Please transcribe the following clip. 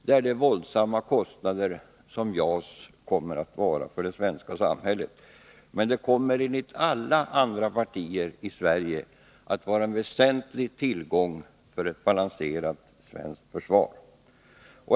Det är de våldsamma kostnader som JAS kommer att innebära för det svenska samhället, men planet kommer enligt alla andra partier i Sverige att vara en väsentlig tillgång för ett balanserat svenskt försvar.